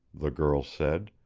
the girl said.